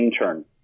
intern